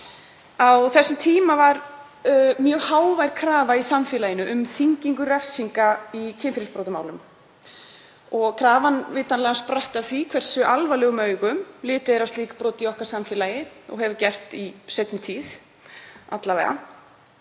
Á þessum tíma var mjög hávær krafa í samfélaginu um þyngingu refsinga í kynferðisbrotamálum. Krafan spratt vitanlega af því hversu alvarlegum augum litið er á slík brot í okkar samfélagi og hefur verið í seinni tíð.